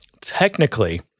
technically